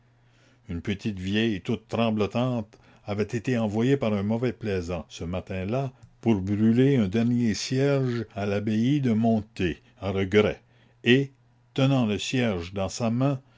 une petite vieille toute tremblotante avait été envoyée par un mauvais plaisant ce matin-là pour brûler un dernier cierge à l'abbaye de monte à regret et tenant le cierge dans sa main